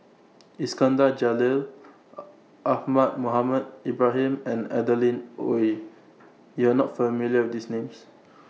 Iskandar Jalil Ahmad Mohamed Ibrahim and Adeline Ooi YOU Are not familiar with These Names